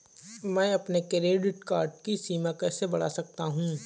मैं अपने credit card की सीमा कैसे बढ़ा सकता हूँ?